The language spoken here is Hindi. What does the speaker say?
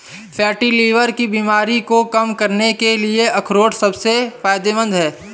फैटी लीवर की बीमारी को कम करने के लिए अखरोट सबसे फायदेमंद है